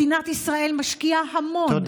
מדינת ישראל משקיעה המון בכליאה.